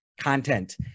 content